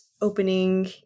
opening